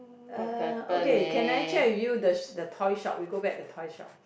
uh okay can I check with you the s~ the toy shop we go back the toy shop